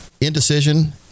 indecision